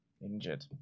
Injured